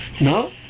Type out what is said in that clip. No